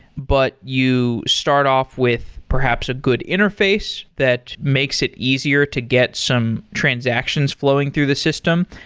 but you start off with perhaps a good interface that makes it easier to get some transactions flowing through the system,